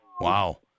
Wow